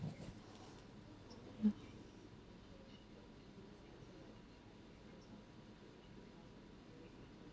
mm